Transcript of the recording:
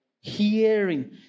hearing